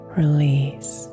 release